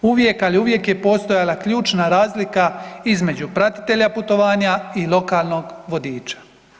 Uvijek, ali uvijek je postojala ključna razlika između pratitelja putovanja i lokalnog vodiča.